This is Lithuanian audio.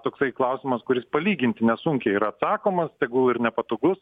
toksai klausimas kuris palyginti nesunkiai yra atsakomas tegul ir nepatogus